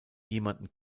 jemanden